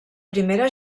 primera